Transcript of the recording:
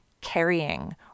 carrying